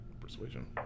Persuasion